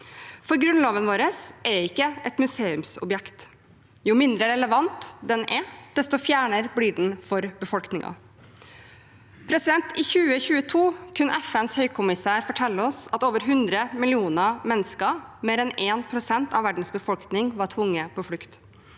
Grunnloven vår er ikke et museumsobjekt. Jo mindre relevant den er, desto fjernere blir den for befolkningen. I 2022 kunne FNs høykommissær fortelle oss at over 100 millioner mennesker, mer enn 1 pst. av verdens be folkning, var tvunget på flukt.